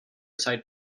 side